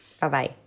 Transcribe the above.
Bye-bye